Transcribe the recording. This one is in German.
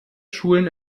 schulen